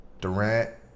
Durant